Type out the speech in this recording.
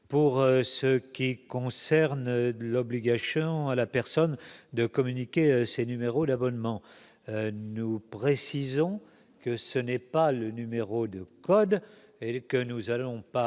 pour ce qui concerne l'obligation à la personne de communiquer ces numéros d'abonnement, nous précisons que ce n'est pas le numéro de code et que nous allons pas